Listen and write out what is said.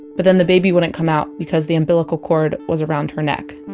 but then the baby wouldn't come out because the umbilical cord was around her neck.